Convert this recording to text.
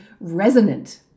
resonant